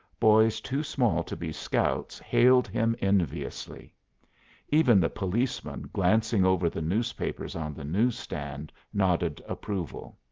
boys too small to be scouts hailed him enviously even the policeman glancing over the newspapers on the news-stand nodded approval.